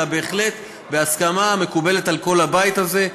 אלא בהחלט בהסכמה המקובלת על כל הבית הזה.